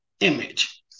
image